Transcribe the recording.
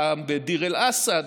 פעם בדיר אל-אסד,